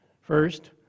First